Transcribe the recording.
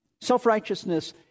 Self-righteousness